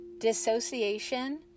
Dissociation